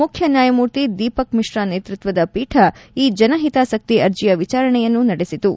ಮುಖ್ಯನ್ಯಾಯಮೂರ್ತಿ ದೀಪಕ್ ಮಿಶ್ರಾ ನೇತೃತ್ವದ ಪೀಠ ಈ ಜನಹಿತಾಸಕ್ತಿ ಅರ್ಜೆಯ ವಿಚಾರಣೆಯನ್ನು ನಡೆಸಿತು